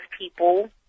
people